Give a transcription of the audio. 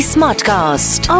Smartcast